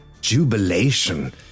jubilation